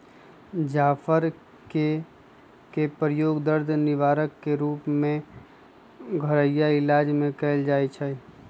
जाफर कें के प्रयोग दर्द निवारक के रूप में घरइया इलाज में कएल जाइ छइ